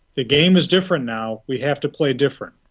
the game's different now, we have to play different.